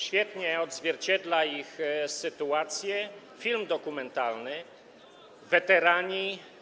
Świetnie odzwierciedla ich sytuację film dokumentalny „Weterani.